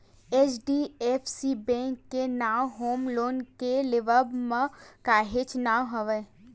HDFC bank के नांव home loan के लेवब म काहेच नांव हवय